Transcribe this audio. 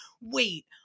wait